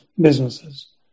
businesses